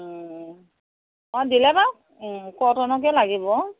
অঁ দিলে বাৰু কটনকে লাগিব